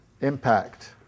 impact